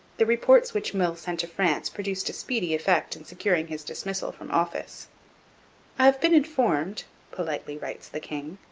the reports which meulles sent to france produced a speedy effect in securing his dismissal from office. i have been informed politely writes the king,